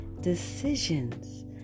decisions